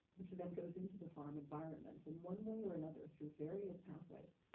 which then goes into the farm environment in one way or another through various pathways.